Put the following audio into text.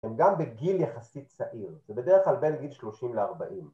‫הם גם בגיל יחסית צעיר, ‫זה בדרך כלל בין גיל 30 ל-40.